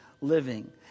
living